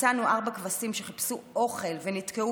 מצאנו ארבעה כבשים שחיפשו אוכל ונתקעו